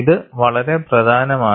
ഇത് വളരെ പ്രധാനമാണ്